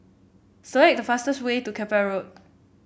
select the fastest way to Keppel Road